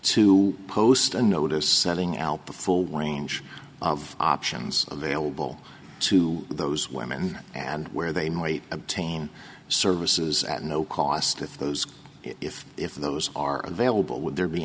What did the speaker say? to post a notice setting out the full range of options available to those women and where they might obtain services at no cost if those if if those are available would there be